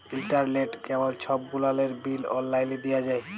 ইলটারলেট, কেবল ছব গুলালের বিল অললাইলে দিঁয়া যায়